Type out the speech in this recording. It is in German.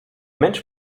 mensch